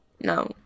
no